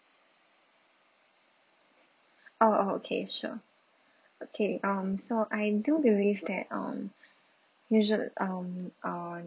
oh okay sure okay um so I do believe that um usual~ um uh